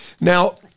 Now